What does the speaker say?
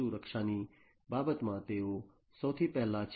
સુરક્ષાની બાબતમાં તેઓ સૌથી પહેલા છે